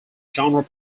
genre